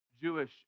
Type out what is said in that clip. Jewish